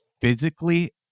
physically